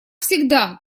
всегда